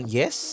yes